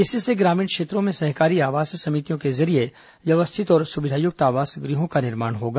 इससे ग्रामीण क्षेत्रों में सहकारी आवास समितियों के जरिए व्यवस्थित और सुविधायुक्त आवासगृहों का निर्माण होगा